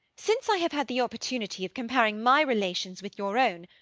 since i have had the opportunity of comparing my relations with your own,